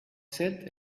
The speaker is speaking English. said